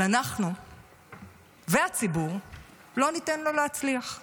אבל אנחנו והציבור לא ניתן לו להצליח.